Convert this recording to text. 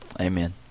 Amen